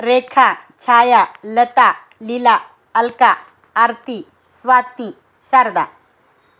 Rekha Chhaya Lata Leela Alka Aarti Swati Sharda